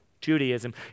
Judaism